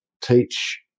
teach